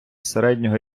середнього